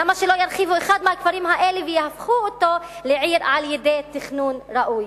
למה שלא ירחיבו אחד מהכפרים האלה ויהפכו אותו לעיר על-ידי תכנון ראוי?